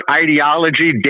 ideology